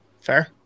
Fair